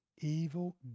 evil